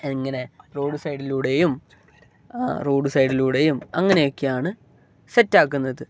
എങ്ങനെ റോഡ് സൈഡിലൂടെയും റോഡ് സൈഡിലൂടെയും അങ്ങനൊക്കെയാണ് സെറ്റാക്കുന്നത്